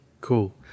cool